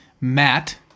matt